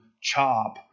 CHOP